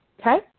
okay